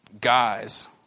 guys